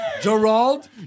Gerald